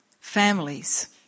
Families